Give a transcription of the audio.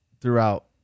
throughout